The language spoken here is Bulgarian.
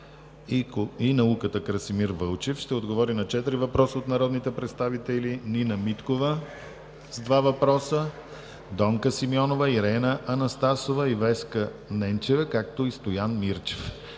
и науката Красимир Вълчев ще отговори на четири въпроса от народните представители Нина Миткова два въпроса; Донка Симеонова, Ирена Анастасова и Веска Ненчева; и Стоян Мирчев.